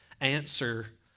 answer